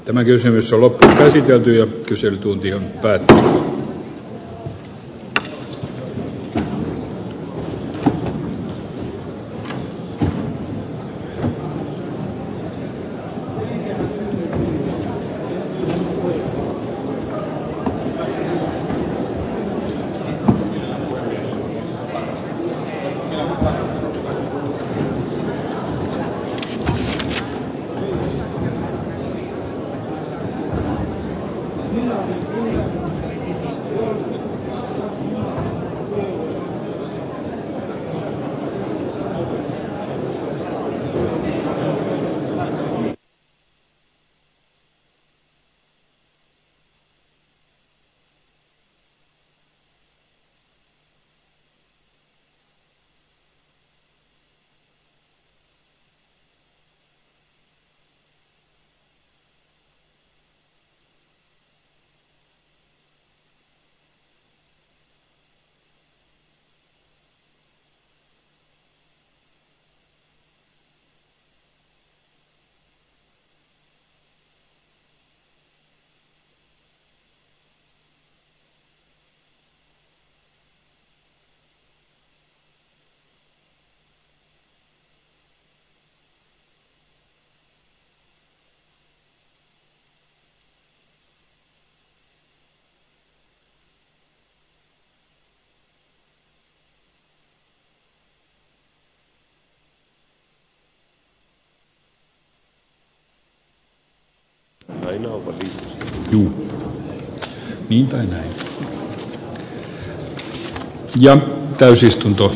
uusiutuvaa tullaan käyttämään todella paljon lähivuosien aikana